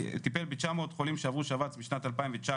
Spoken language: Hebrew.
שטיפל ב-900 חולים בשנת 2019,